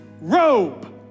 robe